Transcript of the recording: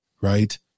Right